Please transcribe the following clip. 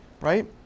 right